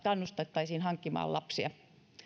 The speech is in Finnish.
kannustettaisiin hankkimaan lapsia